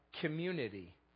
community